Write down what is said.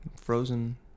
Frozen